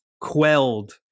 quelled